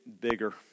bigger